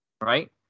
Right